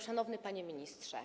Szanowny Panie Ministrze!